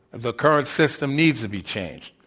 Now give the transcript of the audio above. the current system needs to be changed.